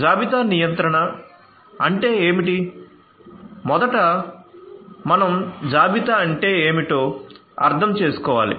జాబితా నియంత్రణ అంటే ఏమిటో అర్థం చేసుకోవాలి